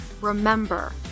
remember